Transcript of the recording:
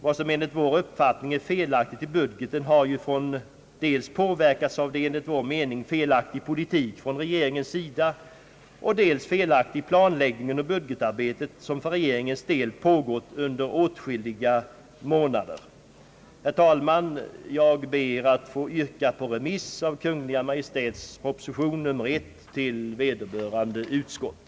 Vad som enligt vår uppfattning är felaktigt i budgeten har ju enligt vår mening påverkats av dels en felaktig politik från regeringens sida och dels av en felaktig planläggning under budgetarbetet, som för regeringens del har pågått under åtskilliga månader. Herr talman! Jag ber att få yrka på remiss av Kungl. Maj:ts propositioner nr 1 och 2 till vederbörande utskott.